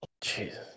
Jesus